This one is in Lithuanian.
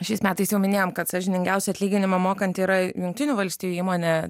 šiais metais jau minėjom kad sąžiningiausia atlyginimą mokanti yra jungtinių valstijų įmonė